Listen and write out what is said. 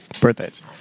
birthdays